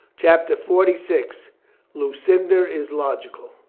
chapter forty-six lucinda is logical